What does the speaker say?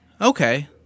okay